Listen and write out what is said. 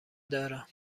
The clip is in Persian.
دارم